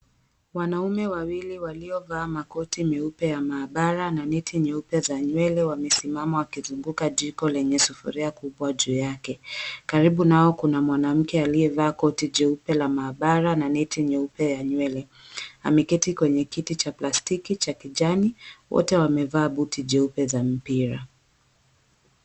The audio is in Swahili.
Wanaume wawili waliovaa makoti meupe ya maabara na neti nyeupe za nywele wamesimama wakizunguka jiko lenye sufuria kubwa juu yake. Karibu nao kuna mwanamke aliyevaa koti jeupe la maabara na neti nyeupe ya nywele, ameketi kwenye kiti cha plastiki cha kijani. Wote wamevaa buti jeupe za mpira.